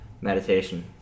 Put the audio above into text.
meditation